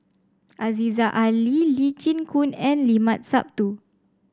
Aziza Ali Lee Chin Koon and Limat Sabtu